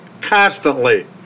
constantly